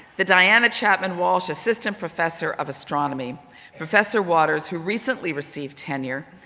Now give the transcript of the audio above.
the diana chapman walsh assistant professor of astronomy professor waters, who recently received tenure,